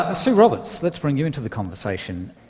ah sue roberts, let's bring you into the conversation.